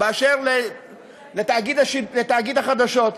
באשר לתאגיד החדשות.